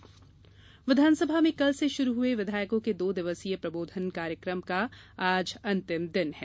प्रबोधन विधानसभा में कल से शुरू हुए विधायकों के दो दिवसीय प्रबोधन कार्यकम का आज अंतिम दिन है